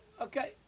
Okay